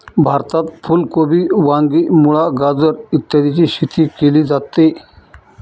भारतात फुल कोबी, वांगी, मुळा, गाजर इत्यादीची शेती केली जाते